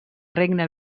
regne